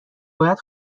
باید